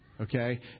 Okay